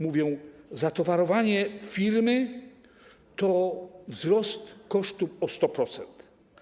Mówią, że zatowarowanie firmy to wzrost kosztów o 100%.